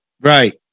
Right